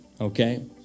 okay